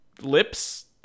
lips